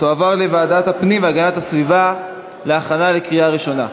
תועבר לוועדת הפנים והגנת הסביבה להכנה לקריאה ראשונה.